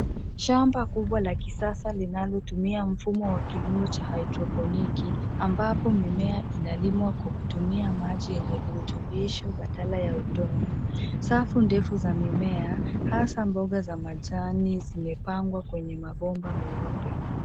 Shamba kubwa la kisasa linalotumia mfumo wa kilimo cha hydroponiki ambapo mimea inalimwa kwa kutumia maji yenye virutubisho badala ya udongo. Safu ndefu za mimea hasa mboga za majani zimepangwa kwenye mabomba meupe.